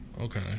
Okay